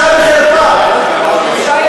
חבר הכנסת